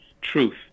truth